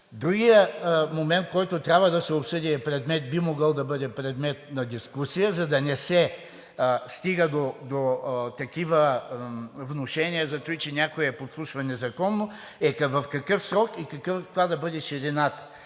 Другият момент, който трябва да се обсъди и би могъл да бъде предмет на дискусия, за да не се стига до такива внушения за това, че някой е подслушван незаконно, е в какъв срок и каква да бъде ширината.